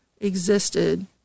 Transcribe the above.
existed